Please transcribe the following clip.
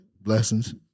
Blessings